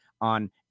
on